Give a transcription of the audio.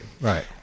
Right